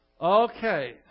Okay